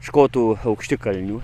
škotų aukštikalnių